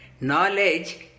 Knowledge